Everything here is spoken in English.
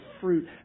fruit